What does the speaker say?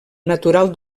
natural